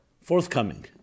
forthcoming